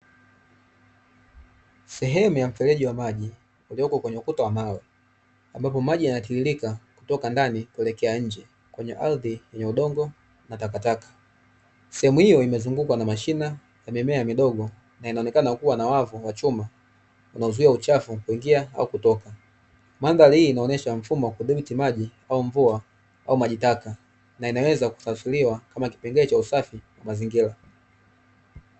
Sehemu ya ufereji wa maji iliyoko kwenye ukuta wa mawe ambapo maji yanatiririka kutoka ndani kuelekea nje kwenye ardhi kwenye udongo na takataka sehemu hiyo imezungukwa na mashina ya mimea midogo na inaonekana kuwa na wavu wa chuma unauzuia uchafu kuingia au kutoka mandhari hii inaonyeshwa mfumo wa kudhibiti maji au mvua au maji taka na inaweza kutazuliwa kama kipengele cha usafi mazingira.